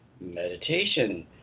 meditation